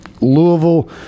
Louisville